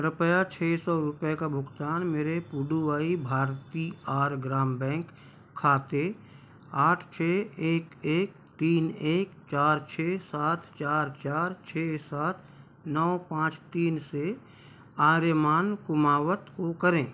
कृपया छः सौ रुपये का भुगतान मेरे पुडुवाई भारती आर ग्राम बैंक खाते आठ छः एक एक तीन एक चार छः सात चार चार छः सात नौ पाँच तीन से आर्यमान कुमावत को करें